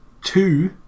two